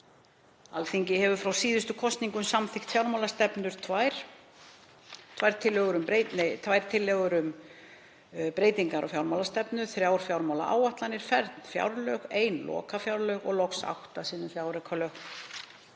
Alþingi hefur frá síðustu kosningum samþykkt fjármálastefnu, tvær tillögur um breytingar á fjármálastefnu, þrjár fjármálaáætlanir, fern fjárlög, ein lokafjárlög og loks átta sinnum fjáraukalög.